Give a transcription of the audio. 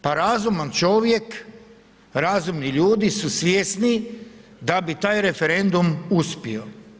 Pa razuman čovjek, razumni ljudi su svjesni da bi taj referendum uspio.